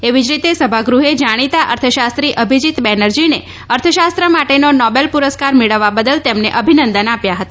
એવી જ રીતે સભાગૃહે જાણીતા અર્થશાસ્ત્રી અભિજીત બેનરજીને અર્થશાસ્ત્ર માટેનો નોબેલ પુરસ્કાર મેળવવા બદલ તેમને અભિનંદન આપ્યા હતા